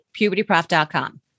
pubertyprof.com